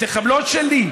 לא שלי,